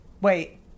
Wait